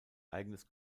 eigenes